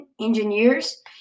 engineers